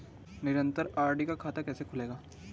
निरन्तर आर.डी का खाता कैसे खुलेगा?